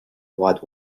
bhfad